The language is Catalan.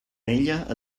ella